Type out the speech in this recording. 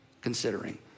considering